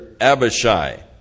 Abishai